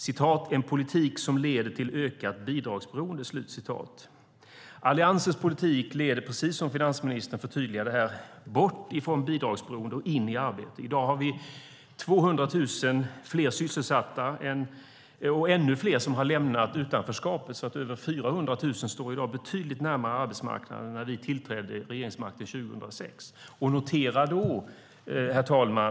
Det står att det är en politik som leder till "ett ökat bidragsberoende". Alliansens politik leder, precis som finansministern förtydligade här, bort från bidragsberoende och in i arbete. I dag har vi 200 000 fler sysselsatta och ännu fler som har lämnat utanförskapet. Över 400 000 står i dag betydligt närmare arbetsmarknaden än när vi tillträdde regeringsmakten 2006. Herr talman!